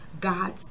God's